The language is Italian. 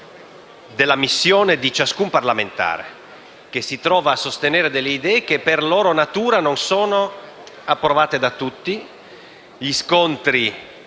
Grazie